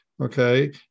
Okay